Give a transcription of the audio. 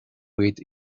with